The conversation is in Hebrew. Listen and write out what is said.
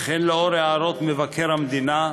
וכן לאור הערות מבקר המדינה,